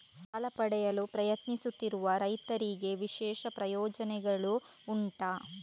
ಸಾಲ ಪಡೆಯಲು ಪ್ರಯತ್ನಿಸುತ್ತಿರುವ ರೈತರಿಗೆ ವಿಶೇಷ ಪ್ರಯೋಜನೆಗಳು ಉಂಟಾ?